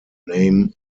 name